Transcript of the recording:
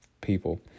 people